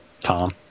Tom